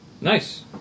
Nice